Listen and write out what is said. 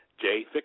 jay